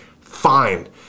fine